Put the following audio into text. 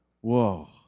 Whoa